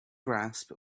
grasp